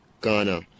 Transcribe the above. Ghana